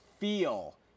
feel